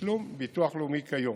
תשלום מביטוח לאומי כיום,